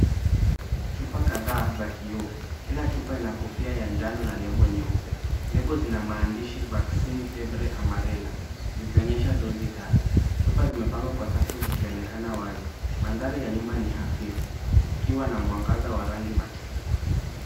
Chupa kadhaa za vioo. Kila chupa ina kofia ya njano na lebo nyeupe. Lebo zinamaandishi Vaccine Febre Amarella. Inaonyesha dozi tano. Zimepangwa kwa safu zilionekana wazi. Mandhari ya nyuma ni hafifu. Ikiwa na mwangaza wa rangi ya machungwa.